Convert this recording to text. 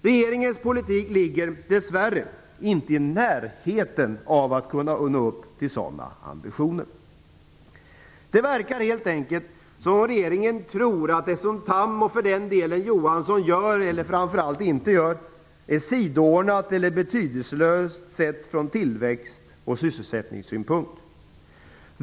Regeringens politik ligger dess värre inte i närheten av att kunna nå upp till sådana ambitioner. Det verkar som om regeringen trodde att det som Tham - och för den delen också Johansson - gör eller framför allt inte gör är sidoordnat eller betydelselöst, sett från tillväxt och sysselsättningssynpunkt.